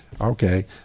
Okay